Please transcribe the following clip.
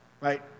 right